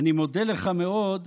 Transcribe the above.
"אני מודה לך מאוד",